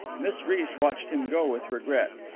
miss reece watched him go with regret.